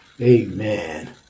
Amen